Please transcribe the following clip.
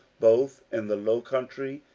both in the low country,